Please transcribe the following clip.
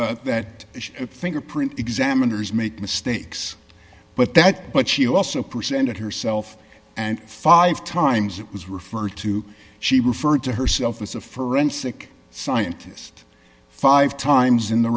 no that fingerprint examiners make mistakes but that but she also presented herself and five times it was referred to she referred to herself as a forensic scientist five times in the